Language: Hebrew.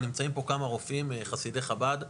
נמצאים פה כמה רופאים חסידי חב"ד,